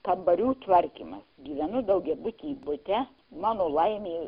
kambarių tvarkymas gyvenu daugiabuty bute mano laimei